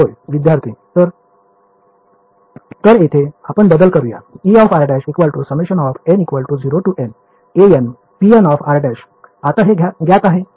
होय विद्यार्थी तर तर येथे आपण बदल करूया Er′ आता हे ज्ञात आहे